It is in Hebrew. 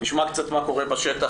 נשמע קצת מה קורה בשטח.